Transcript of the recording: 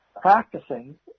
practicing